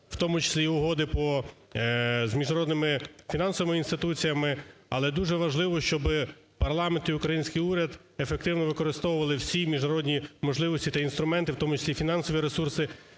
в тому числі і угоди з міжнародними фінансовими інституціями, але дуже важливо, щоби парламент і український уряд ефективно використовували всі міжнародні можливості та інструменти, в тому числі фінансові ресурси